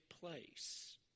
place